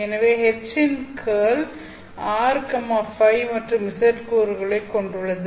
எனவே H இன் curl r Ø மற்றும் z கூறுகளைக் கொண்டுள்ளது